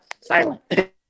silent